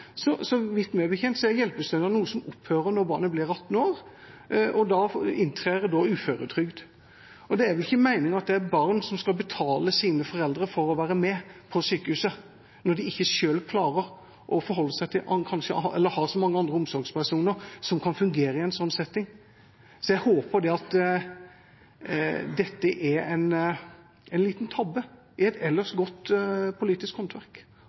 bekjent er hjelpestønad noe som opphører når barnet blir 18 år, da inntrer uføretrygd. Det er vel ikke meningen at barn skal betale sine foreldre for å være med på sykehuset når de har så mange andre omsorgspersoner som kan fungere i en sånn setting. Jeg håper at dette er en liten tabbe i et ellers godt politisk håndverk,